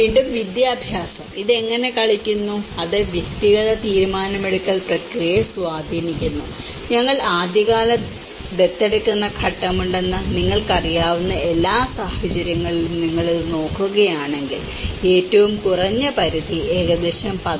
വീണ്ടും വിദ്യാഭ്യാസം ഇത് എങ്ങനെ കളിക്കുന്നു അത് വ്യക്തിഗത തീരുമാനമെടുക്കൽ പ്രക്രിയയെ സ്വാധീനിക്കുന്നു ഞങ്ങൾ ആദ്യകാല ദത്തെടുക്കുന്ന ഘട്ടമുണ്ടെന്ന് നിങ്ങൾക്കറിയാവുന്ന എല്ലാ സാഹചര്യങ്ങളിലും നിങ്ങൾ ഇത് നോക്കുകയാണെങ്കിൽ ഏറ്റവും കുറഞ്ഞ പരിധി ഏകദേശം 11